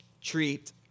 treat